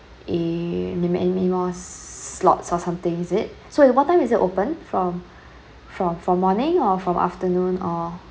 a limit and anymore slots or something is it so what time is it open from from from morning or from afternoon or